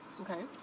Okay